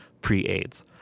pre-aids